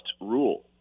rule